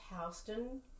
Houston